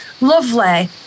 lovely